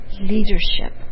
leadership